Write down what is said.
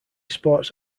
sports